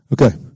Okay